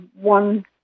one